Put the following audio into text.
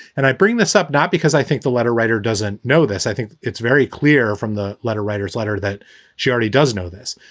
and i bring this up not because i think the letter writer doesn't know this. i think it's very clear from the letter writers letter that she already does know this.